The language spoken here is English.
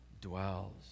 dwells